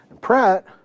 Pratt